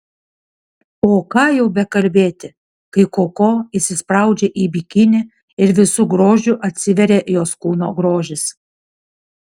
o ką jau bekalbėti kai koko įsispraudžia į bikinį ir visu grožiu atsiveria jos kūno grožis